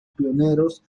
pioneros